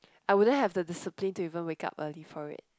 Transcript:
I wouldn't have the discipline to even wake up early for it